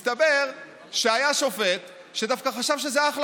מסתבר שהיה שופט שדווקא חשב שזה אחלה